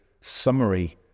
summary